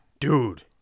Dude